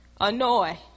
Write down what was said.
Annoy